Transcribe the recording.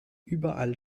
überall